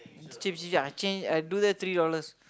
cheap cheap I change I do there three dollars